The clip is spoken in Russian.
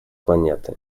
планеты